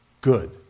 Good